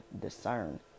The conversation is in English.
Discern